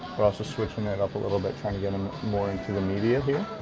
we're also switching it up a little bit trying to get um more into the media here,